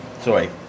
Sorry